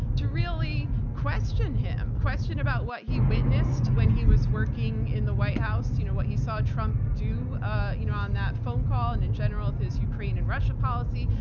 to really question him, question him about what he witnessed when he was working in the white house, you know what he saw trump do ah you know on that phone call and in general with his ukraine and russia policy,